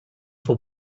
for